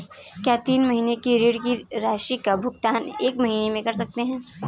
क्या तीन महीने के ऋण की राशि का भुगतान एक बार में कर सकते हैं?